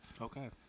Okay